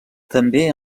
també